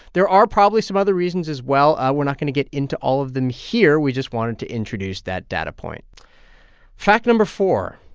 there are probably some other reasons as well. we're not going to get into all of them here. we just wanted to introduce that data point fact number four,